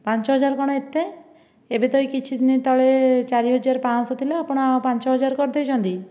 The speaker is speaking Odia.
ପାଞ୍ଚହଜାର କଣ ଏତେ ଏବେତ ଏଇ କିଛି ଦିନି ତଳେ ଚାରିହଜାର ପାଞ୍ଚ ଶହ ଥିଲା ଆପଣ ପାଞ୍ଚହଜାର କରିଦେଇଛନ୍ତି